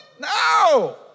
no